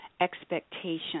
expectation